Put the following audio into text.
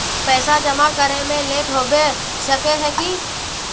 पैसा जमा करे में लेट होबे सके है की?